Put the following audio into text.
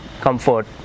comfort